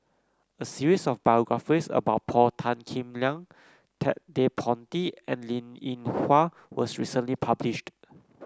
a series of biographies about Paul Tan Kim Liang Ted De Ponti and Linn In Hua was recently published